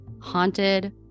haunted